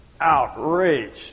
outraged